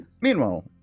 Meanwhile